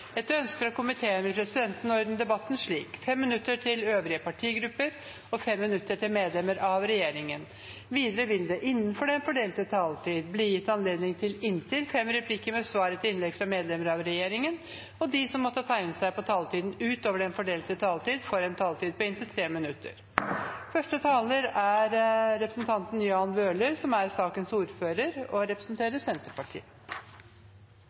Etter ønske fra justiskomiteen vil presidenten ordne debatten slik: 5 minutter til hver partigruppe og 5 minutter til medlemmer av regjeringen. Videre vil det – innenfor den fordelte taletid – bli gitt anledning til inntil fem replikker med svar etter innlegg fra medlemmer av regjeringen, og de som måtte tegne seg på talerlisten utover den fordelte taletid, får en taletid på inntil 3 minutter. Det er et alvorlig spørsmål, et viktig spørsmål, som